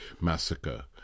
massacre